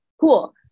cool